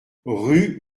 rue